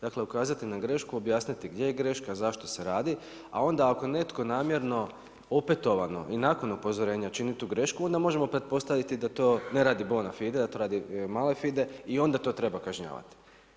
Dakle, ukazati na grešku, objasniti gdje je greška zašto se radi, a onda ako netko namjerno opetovano i nakon upozorenja čini tu grešku onda možemo pretpostaviti da ne radi to bona fide, a to radi … fide i onda to treba kažnjavati.